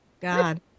God